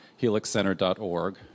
helixcenter.org